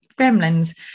Gremlins